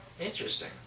Interesting